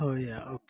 हो या ओके